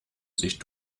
sich